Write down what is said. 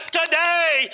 today